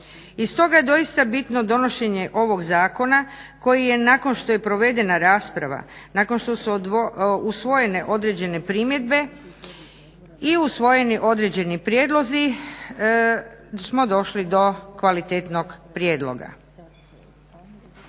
I stoga je doista bitno donošenje ovog zakona koji je nakon što je provedena rasprava, nakon što su usvojene određene primjedbe i usvojeni određeni prijedlozi smo došli do kvalitetnog prijedloga.